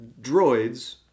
droids